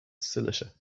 cilicia